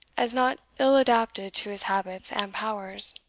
as not ill adapted to his habits and powers.